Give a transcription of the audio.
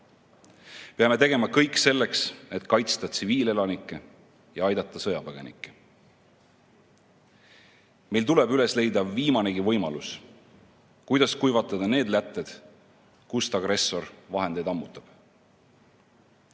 Peame tegema kõik selleks, et kaitsta tsiviilelanikke ja aidata sõjapõgenikke. Meil tuleb üles leida viimanegi võimalus, kuidas kuivatada need lätted, kust agressor vahendeid ammutab. Jah,